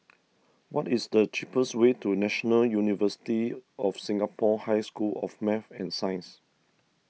what is the cheapest way to National University of Singapore High School of Math and Science